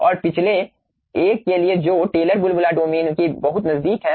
और पिछले एक के लिए जो टेलर बुलबुला डोमेन के बहुत नजदीक है